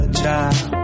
child